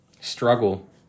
struggle